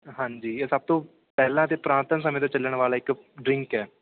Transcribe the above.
ਹਾਂਜੀ ਇਹ ਸਭ ਤੋਂ ਪਹਿਲਾਂ ਤਾਂ ਪੁਰਾਤਨ ਸਮੇਂ ਤੋਂ ਚੱਲਣ ਵਾਲਾ ਇੱਕ ਡਰਿੰਕ ਹੈ